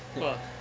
!wah!